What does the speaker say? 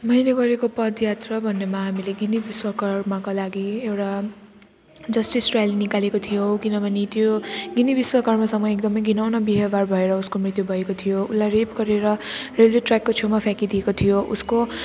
मैले गरेको पदयात्रा भन्नेमा हामीले गिनी विश्वकर्माको लागि एउटा जस्टिस रेली निकालेको थियो किनभने त्यो गिनी विश्वकर्मासँग एकदम घिनोना व्यवहार भएर उसको मृत्यु भएको थियो उसलाई रेप गरेर रेलवे ट्र्याकको छेउमा फ्याँकिदिएको थियो उसको